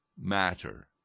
matter